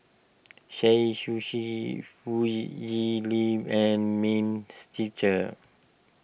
sei Sushi and means teacher